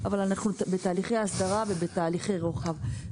אבל אנחנו בתהליכי הסדרה ובתהליכי רוחב.